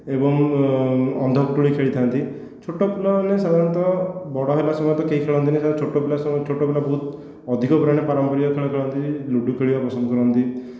ଏବଂ ଅନ୍ଧ ପୁଟୁଳି ଖେଳିଥାନ୍ତି ଛୋଟ ପିଲାମାନେ ସାଧାରଣତଃ ବଡ଼ ହେଲା ସମୟରେ ତ କେହି ଖେଳନ୍ତିନି ଛୋଟ ପିଲା ବହୁତ ଅଧିକ ପାରମ୍ପରିକ ଖେଳ ଖେଳନ୍ତି ଲୁଡ଼ୁ ଖେଳିବା ପସନ୍ଦ କରନ୍ତି